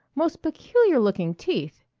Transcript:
most peculiar looking teeth.